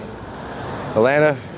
Atlanta